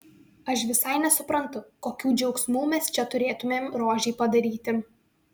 aš visai nesuprantu kokių džiaugsmų mes čia turėtumėm rožei padaryti